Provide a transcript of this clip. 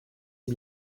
est